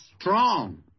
strong